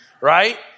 right